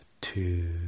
two